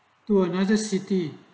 to another city